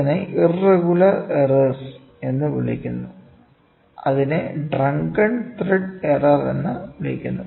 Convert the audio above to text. മൂന്നാമത്തേതിനെ irregular errors എന്ന് വിളിക്കുന്നു അതിനെ ഡ്രങ്കൻ ത്രെഡ് എറർ എന്ന് വിളിക്കുന്നു